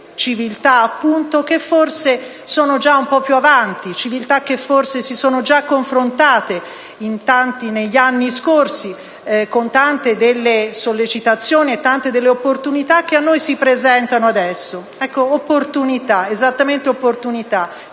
civiltà che forse sono già un po' più avanti, che forse si sono già confrontate negli anni scorsi con le tante sollecitazioni e le tante opportunità che a noi si presentano adesso. Parlo proprio di opportunità: